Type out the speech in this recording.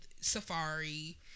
Safari